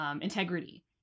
integrity